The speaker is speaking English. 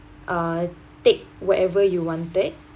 uh take whatever you wanted